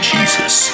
Jesus